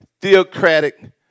theocratic